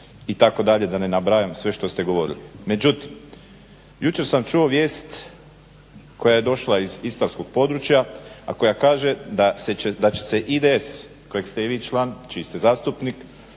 itd., da ne nabrajam sve što ste govorili. Međutim, jučer sam čuo vijest koja je došla iz istarskog područja, a koja kaže da će se IDS kojeg ste i vi član, čiji ste zastupnik,